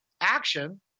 action